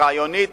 רעיונית,